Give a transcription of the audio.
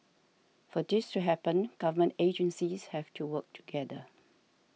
for this to happen government agencies have to work together